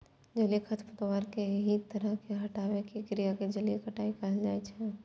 जलीय खरपतवार कें एहि तरह सं हटाबै के क्रिया कें जलीय कटाइ कहल जाइ छै